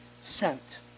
sent